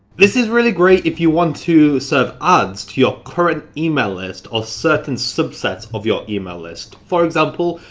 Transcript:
this is really great if you want to serve ads to your current email list or certain sub-sets of your email list. for example,